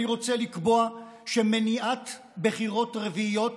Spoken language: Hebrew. אני רוצה לקבוע שמניעת בחירות רביעיות